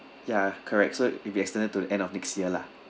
ya correct so it be extended to the end of next year lah